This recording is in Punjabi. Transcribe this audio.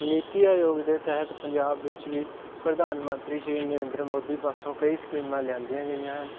ਨੀਤੀ ਆਯੋਗ ਦੇ ਤਹਿਤ ਪੰਜਾਬ ਵਿੱਚ ਵੀ ਪ੍ਰਧਾਨ ਮੰਤਰੀ ਸ਼੍ਰੀ ਨਰਿੰਦਰ ਮੋਦੀ ਪਾਸੋਂ ਕਈ ਸਕੀਮਾਂ ਲਿਆਉਂਦੀਆਂ ਗਈਆਂ